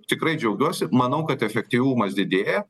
tikrai džiaugiuosi manau kad efektyvumas didėja